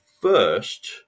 first